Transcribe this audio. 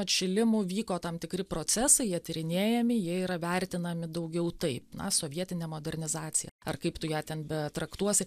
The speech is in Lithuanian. atšilimų vyko tam tikri procesai jie tyrinėjami jie yra vertinami daugiau taip na sovietinė modernizacija ar kaip tu ją ten be traktuosi